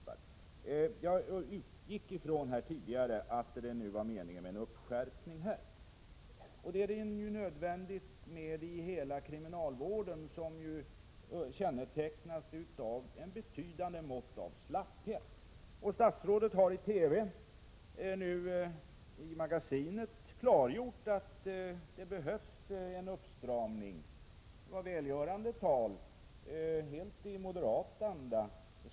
Tidigare utgick jag från att det var meningen att det skulle bli en uppskärpning. Det är av nöden i hela kriminalvården, som ju kännetecknas av betydande mått av slapphet. Statsrådet har också nyligen i TV:s Magasinet klargjort att det behövs en uppstramning. Det var välgörande tal, helt i moderat anda.